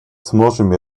сможем